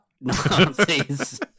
Nazis